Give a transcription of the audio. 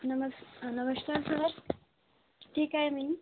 नमस् नमस्कार सर ठीक आहे मी